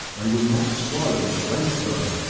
they were not slow to enter,